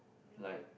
like